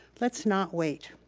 let's not wait.